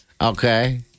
Okay